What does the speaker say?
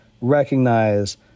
recognize